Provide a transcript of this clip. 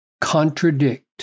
contradict